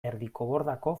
erdikobordako